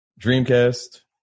Dreamcast